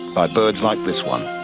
by birds like this one.